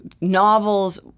novels